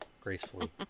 gracefully